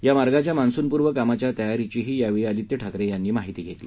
या मार्गाच्या मान्सुनपूर्व कामाच्या तयारीचीही यावेळी आदित्य ठाकरे यांनी माहिती घेतली